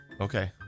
Okay